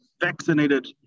vaccinated